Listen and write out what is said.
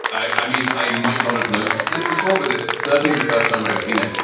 i mean i might not have noticed it before but it's certainly the first time i've seen it.